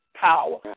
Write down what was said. power